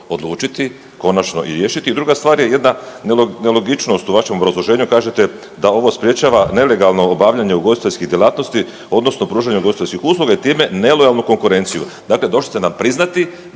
odlučiti, konačno i riješiti. I druga stvar je jedna nelogičnost u vašem obrazloženju, a kažete da ovo sprečava nelegalno obavljanje ugostiteljskih djelatnosti odnosno pružanje ugostiteljskih usluga i time nelojalnu konkurenciju. Dakle, došli ste nam priznati